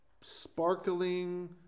sparkling